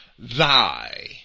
Thy